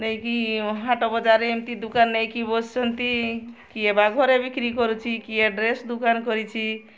ନେଇକି ହାଟ ବଜାରରେ ଏମିତି ଦୋକାନ ନେଇକି ବସୁଛନ୍ତି କିଏ ବାହାଘରେ ବିକ୍ରି କରୁଛି କିଏ ଡ୍ରେସ୍ ଦୋକାନ କରିଛି